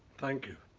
thank you.